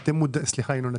סליחה ינון,